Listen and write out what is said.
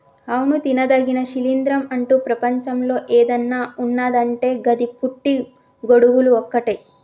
అవును తినదగిన శిలీంద్రం అంటు ప్రపంచంలో ఏదన్న ఉన్నదంటే గది పుట్టి గొడుగులు ఒక్కటే